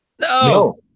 No